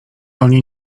oni